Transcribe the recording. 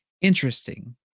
interesting